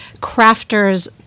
crafters